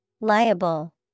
Liable